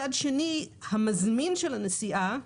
מצד שני, המזמין של הנסיעה,